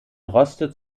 droste